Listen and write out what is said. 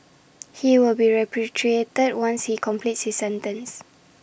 he will be repatriated once he completes his sentence